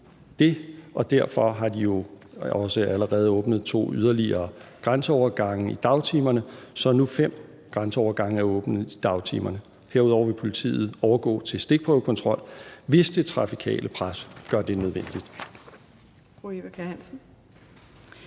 derfor har de også allerede åbnet yderligere to grænseovergange i dagtimerne, så der nu er fem grænseovergange åbne i dagtimerne. Herudover vil politiet overgå til stikprøvekontrol, hvis det trafikale pres gør det nødvendigt.